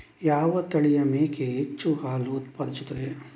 ಯಾವ ತಳಿಯ ಮೇಕೆ ಹೆಚ್ಚು ಹಾಲು ಉತ್ಪಾದಿಸುತ್ತದೆ?